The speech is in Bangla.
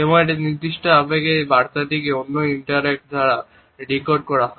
এবং একটি নির্দিষ্ট আবেগের এই বার্তাটিকে অন্য ইন্টারঅ্যাক্ট দ্বারা ডিকোড করতে হয়